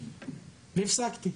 והפסקתי.